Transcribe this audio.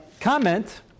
comment